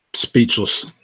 Speechless